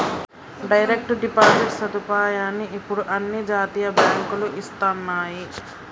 direct deposit సదుపాయాన్ని ఇప్పుడు అన్ని జాతీయ బ్యేంకులూ ఇస్తన్నయ్యి